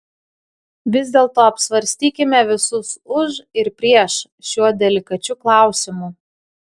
vis dėlto apsvarstykime visus už ir prieš šiuo delikačiu klausimu